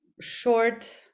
short